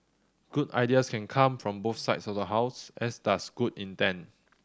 good ideas can come from both sides of the House as does good intent